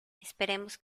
esperemos